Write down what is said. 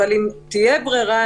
אם תהיה ברירה,